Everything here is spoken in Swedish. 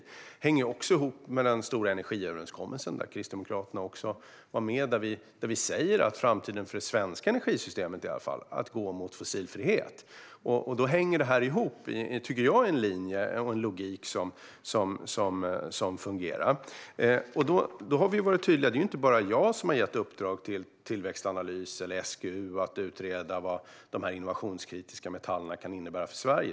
Detta hänger också ihop med den stora energiöverenskommelsen, där även Kristdemokraterna var med och där vi säger att framtiden för det svenska energisystemet är att gå mot fossilfrihet. Det här hänger ihop, tycker jag, i en linje och en logik som fungerar. Vi har varit tydliga. Det är inte bara jag som har gett uppdrag till Tillväxtanalys och SGU att utreda vad de här innovationskritiska metallerna kan innebära för Sverige.